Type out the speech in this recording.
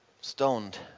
stoned